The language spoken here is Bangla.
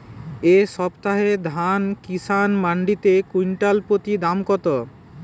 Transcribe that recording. এই সপ্তাহে ধান কিষান মন্ডিতে কুইন্টাল প্রতি দাম কত?